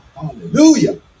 Hallelujah